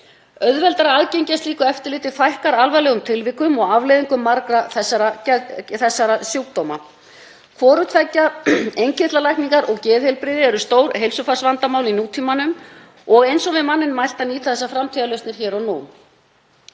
Auðveldara aðgengi að slíku eftirliti fækkar alvarlegum tilvikum og afleiðingum margra þessara sjúkdóma. Hvoru tveggja, innkirtlalækningar og geðheilbrigði, eru stór heilsufarsvandamál í nútímanum og eins og við manninn mælt að nýta þessar framtíðarlausnir hér og nú.